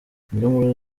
niyonkuru